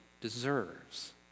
deserves